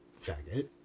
faggot